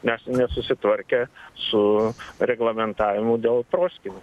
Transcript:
mes nesusitvarkę su reglamentavimu dėl proskynų